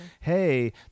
hey